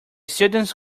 students